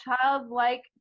childlike